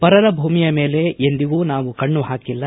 ಪರರ ಭೂಮಿಯ ಮೇಲೆ ಎಂದಿಗೂ ನಾವು ಕಣ್ಣು ಹಾಕಲ್ಲ